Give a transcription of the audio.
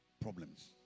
problems